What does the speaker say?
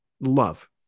love